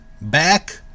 back